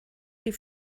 die